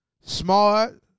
Smart